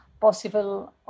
possible